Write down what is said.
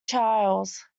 charles